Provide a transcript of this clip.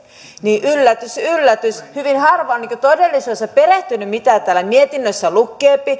niin yllätys yllätys hyvin harva on todellisuudessa perehtynyt mitä täällä mietinnössä lukee